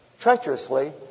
Treacherously